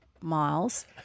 Miles